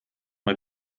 mal